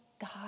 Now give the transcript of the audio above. God